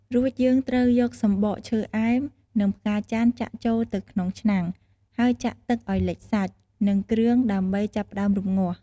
រួចយើងត្រូវយកសំបកឈើអែម និង ផ្កាចន្ទន៍ចាក់ចូលទៅក្នុងឆ្នាំង ហើយចាក់ទឹកឱ្យលិចសាច់ និងគ្រឿង ដើម្បីចាប់ផ្ដើមរំងាស់។